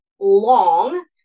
long